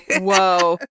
Whoa